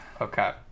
Okay